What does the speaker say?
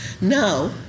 Now